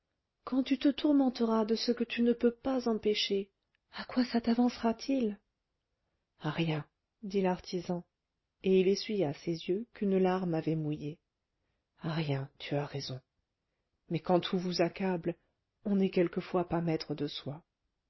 quand tu te tourmenteras de ce que tu ne peux pas empêcher à quoi ça tavancera t il à rien dit l'artisan et il essuya ses yeux qu'une larme avait mouillés à rien tu as raison mais quand tout vous accable on n'est quelquefois pas maître de soi